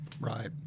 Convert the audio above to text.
Right